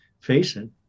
facing